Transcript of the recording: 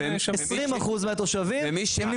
20% מהתושבים.